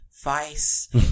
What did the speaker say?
Vice